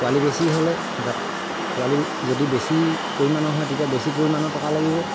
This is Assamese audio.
পোৱালি বেছি হ'লে পোৱালি যদি বেছি পৰিমাণৰ হয় তেতিয়া বেছি পৰিমাণৰ টকা লাগিব